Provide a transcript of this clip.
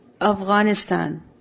Afghanistan